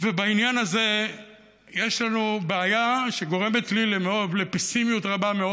בעניין הזה יש לנו בעיה שגורמת לי פסימיות רבה מאוד.